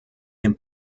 dem